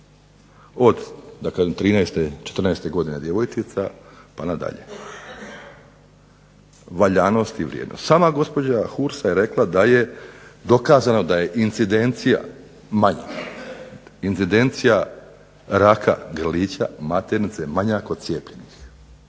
od 13, 14 godine djevojčica pa nadalje. Valjanost i vrijednost. Sama gospođa Hursa je rekla da je dokazano da je incidencija manja, incidencija raka grlića maternice manja kod cijepljenih.